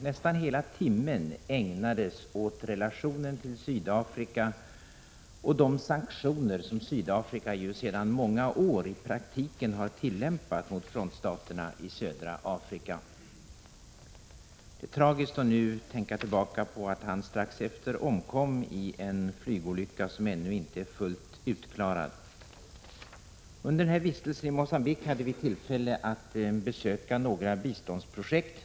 Nästan hela timmen ägnades åt relationen till Sydafrika och de sanktioner som Sydafrika sedan många år tillbaka i praktiken har tillämpat mot frontstaterna i södra Afrika. Det är tragiskt att nu tänka tillbaka på att han strax efteråt omkom i en flygolycka, som ännu inte är fullt uppklarad. Under vistelsen i Mogambique hade vi tillfälle att besöka några biståndsprojekt.